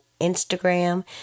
Instagram